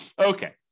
Okay